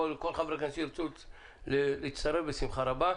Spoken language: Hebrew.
כל חבר כנסת שירצה להצטרף בשמחה רבה.